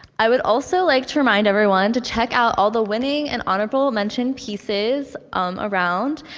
i would also like to remind everyone to check out all the winning and honorable mention pieces um around,